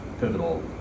pivotal